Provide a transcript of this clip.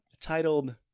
Titled